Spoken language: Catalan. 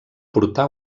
portà